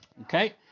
Okay